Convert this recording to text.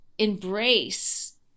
Embrace